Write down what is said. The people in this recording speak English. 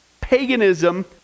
paganism